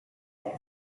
there